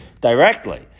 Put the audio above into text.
directly